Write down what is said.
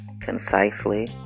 concisely